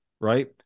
right